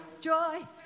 Joy